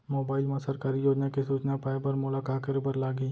mobile मा सरकारी योजना के सूचना पाए बर मोला का करे बर लागही